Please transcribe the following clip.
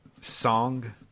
song